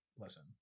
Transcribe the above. listen